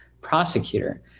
prosecutor